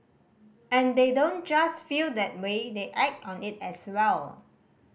and they don't just feel that way they act on it as well